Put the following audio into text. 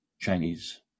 chinese